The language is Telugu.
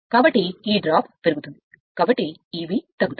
కాబట్టి ఈ డ్రాప్ పెరుగుతుంది కాబట్టి Eb తగ్గుతుంది